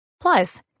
plus